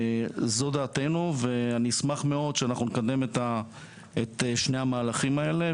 זאת דעתנו ואני אשמח מאוד שאנחנו נקדם את שני המהלכים האלה,